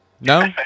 No